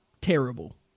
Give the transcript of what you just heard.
terrible